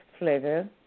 Flavor